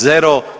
Zero.